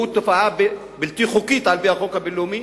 הוא תופעה בלתי חוקית על-פי החוק הבין-לאומי,